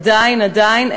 עדיין עדיין,